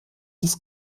des